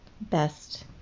best